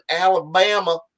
Alabama